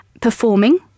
performing